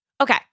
Okay